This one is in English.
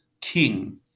king